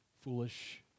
foolish